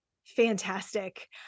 fantastic